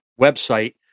website